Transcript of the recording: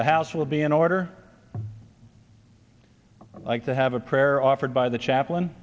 the house will be an order like to have a prayer offered by the chaplain